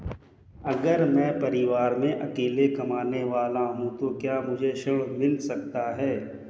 अगर मैं परिवार में अकेला कमाने वाला हूँ तो क्या मुझे ऋण मिल सकता है?